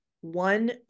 one